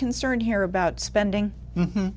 concern here about spending